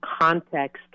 context